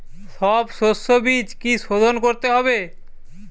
সব শষ্যবীজ কি সোধন করতে হবে?